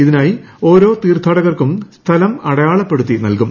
ഇതിനായി ഓരോ തീർത്ഥാടകർക്കും സ്ഥലം അടയാളപ്പെടുത്തി നൽകും